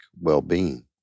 well-being